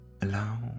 Allow